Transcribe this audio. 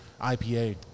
IPA